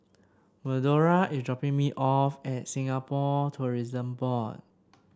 Medora is dropping me off at Singapore Tourism Board